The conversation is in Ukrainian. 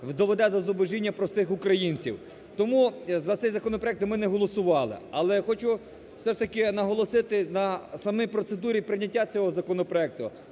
доведе до зубожіння простих українців. Тому за цей законопроект ми не голосували, але хочу все ж таки наголосити на самій процедурі прийняття цього законопроекту: